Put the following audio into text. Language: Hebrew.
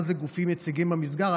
מה זה גופים יציגים במגזר.